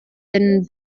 den